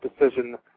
decision